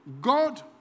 God